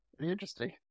interesting